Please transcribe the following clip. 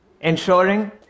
ensuring